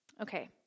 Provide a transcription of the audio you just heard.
Okay